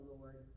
Lord